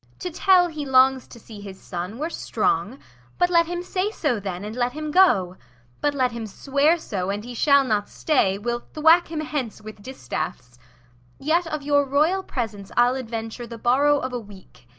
to tell he longs to see his son were strong but let him say so then, and let him go but let him swear so, and he shall not stay, we'll thwack him hence with distaffs yet of your royal presence i'll adventure the borrow of a week.